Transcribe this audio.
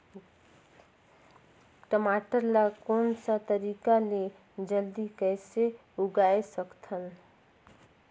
टमाटर ला कोन सा तरीका ले जल्दी कइसे उगाय सकथन?